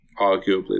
arguably